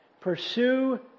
pursue